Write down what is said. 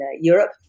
Europe